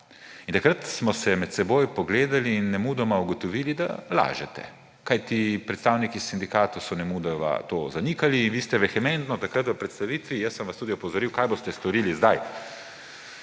Takrat smo se med seboj pogledali in nemudoma ugotovili, da lažete, kajti predstavniki sindikatov so nemudoma to zanikali. Vi ste vehementno takrat v predstavitvi, jaz sem vas tudi opozoril, kaj boste storili zdaj,